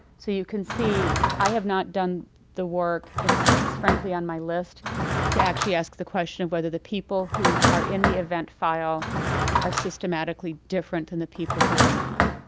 so you can see, i have not done the work. it's it's frankly on my list to actually ask the question of whether the people who are in the event file are systematically different than and the people who are not.